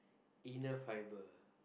inner fibre